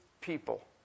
people